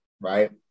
right